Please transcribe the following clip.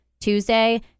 Tuesday